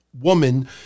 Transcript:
woman